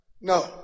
No